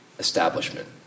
Establishment